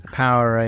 power